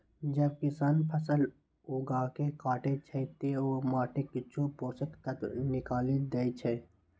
जब किसान फसल उगाके काटै छै, ते ओ माटिक किछु पोषक तत्व निकालि दै छै